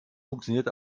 funktioniert